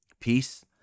peace